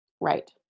Right